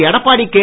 Edappadi K